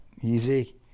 easy